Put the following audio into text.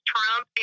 Trump